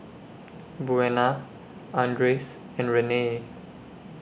Buena Andres and Renae